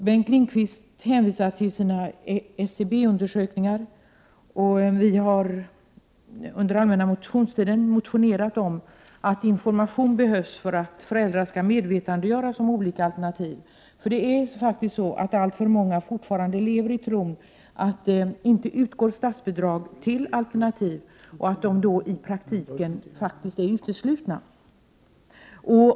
Bengt Lindqvist hänvisade till SCB-undersökningar. Under allmänna motionstiden har vi i centern motionerat om att det behövs information för att föräldrarna skall medvetandegöras beträffande olika alternativ. Alltför många lever fortfarande i tron att det inte utgår statsbidrag till alternativ och att de därigenom i praktiken är uteslutna.